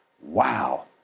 Wow